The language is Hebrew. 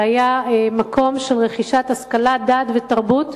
שהיה מקום של רכישת השכלה, דעת ותרבות,